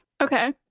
okay